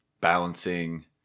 balancing